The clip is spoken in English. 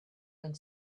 going